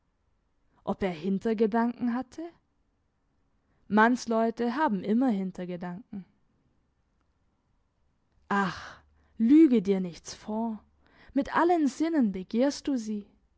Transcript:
ob er hintergedanken hatte mannsleute haben immer hintergedanken ach lüge dir nichts vor mit allen sinnen begehrst du sie